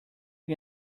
leg